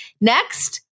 Next